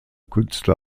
künstler